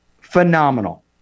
Phenomenal